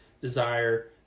desire